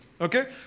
Okay